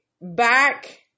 back